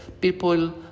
People